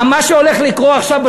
מה שהולך לקרות עכשיו,